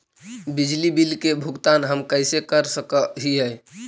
बिजली बिल के भुगतान हम कैसे कर सक हिय?